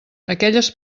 aquelles